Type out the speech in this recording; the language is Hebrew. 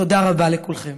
תודה רבה לכולכם.